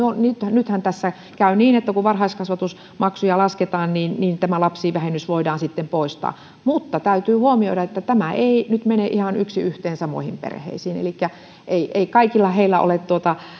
nythän tässä käy niin että kun varhaiskasvatusmaksuja lasketaan niin niin lapsivähennys voidaan sitten poistaa mutta täytyy huomioida että tämä ei nyt mene yksi yhteen samoihin perheisiin elikkä ei ei kaikilla heillä ole